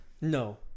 No